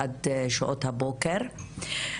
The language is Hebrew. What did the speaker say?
עד שעות הבוקר.